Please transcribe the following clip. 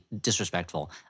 disrespectful